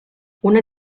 una